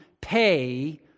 pay